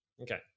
Okay